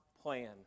plan